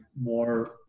more